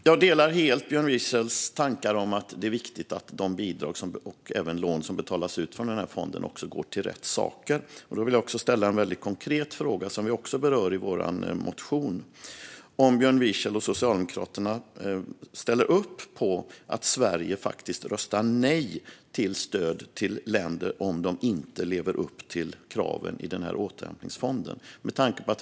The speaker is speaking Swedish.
Jag delar helt Björn Wiechels tankar om att det är viktigt att de bidrag, och även lån, som betalas ut från fonden går till rätt saker. Jag vill därför ställa en väldigt konkret fråga, som vi också berör i vår motion. Ställer Björn Wiechel och Socialdemokraterna upp på att Sverige röstar nej till stöd till länder som inte lever upp till kraven i återhämtningsfonden?